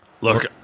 Look